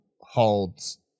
holds